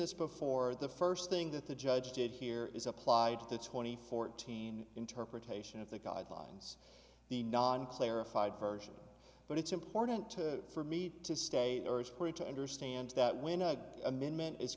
this before the first thing that the judge did here is applied to the twenty fourteen interpretation of the guidelines the non clarified version but it's important to for me to stay true to understand that when a amendment is